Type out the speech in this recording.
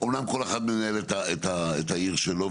אמנם כל אחד מנהל את העיר שלו,